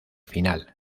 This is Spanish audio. final